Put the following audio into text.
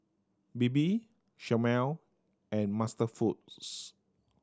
Bebe Chomel and MasterFoods